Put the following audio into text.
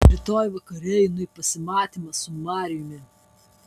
rytoj vakare einu į pasimatymą su marijumi